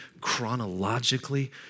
chronologically